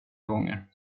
gånger